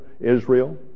Israel